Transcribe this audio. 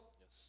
Yes